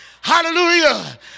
Hallelujah